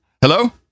Hello